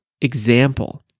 example